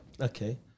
Okay